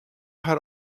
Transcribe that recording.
har